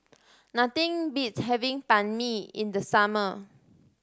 nothing beats having Banh Mi in the summer